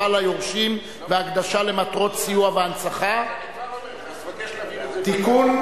ליורשים והקדשה למטרות סיוע והנצחה) (תיקון,